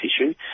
issue